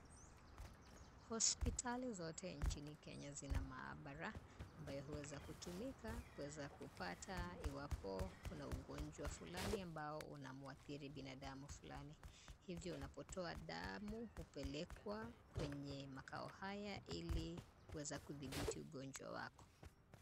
Hospitali zote nchini Kenya zina maabara, ambayo huweza kutumika kuweza kupata iwapo kuna ugonjwa fulani ambao unamuathiri binadamu fulani. Hivyo unapotoa damu hupelekwa kwenye makao haya, ili kuweza kudhibiti ugonjwa wako.